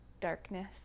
darkness